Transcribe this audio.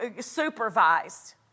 supervised